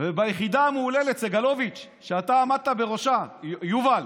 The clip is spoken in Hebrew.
ביחידה המהוללת, סגלוביץ', שאתה עמדת בראשה יובל,